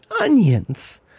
onions